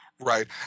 Right